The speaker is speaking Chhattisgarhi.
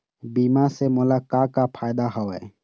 बीमा से मोला का का फायदा हवए?